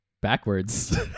backwards